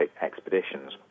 expeditions